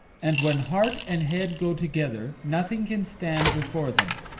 and when heart and head go together, nothing can stand before them.